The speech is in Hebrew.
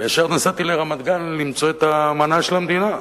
וישר נסעתי לרמת-גן למצוא את המנה של המדינה,